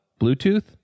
Bluetooth